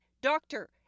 doctor